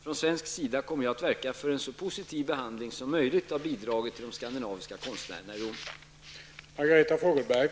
Från svensk sida kommer jag att verka för en så positiv behandling som möjligt av bidraget till de skandinaviska konstnärerna i Rom.